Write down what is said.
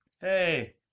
Hey